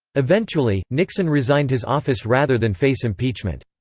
eventually, nixon resigned his office rather than face impeachment.